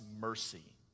mercy